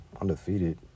undefeated